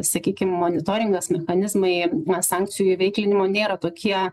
sakykim monitoringas mechanizmai sankcijų įveiklinimo nėra tokie